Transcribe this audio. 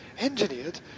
engineered